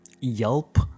Yelp